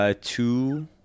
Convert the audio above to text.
two